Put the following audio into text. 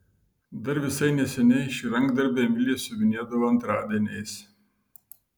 dar visai neseniai šį rankdarbį emilija siuvinėdavo antradieniais